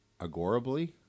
agorably